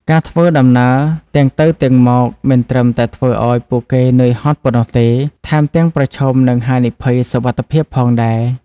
ការធ្វើដំណើរទាំងទៅទាំងមកមិនត្រឹមតែធ្វើឱ្យពួកគេនឿយហត់ប៉ុណ្ណោះទេ ថែមទាំងប្រឈមនឹងហានិភ័យសុវត្ថិភាពផងដែរ។